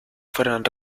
fueron